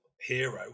hero